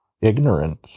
ignorance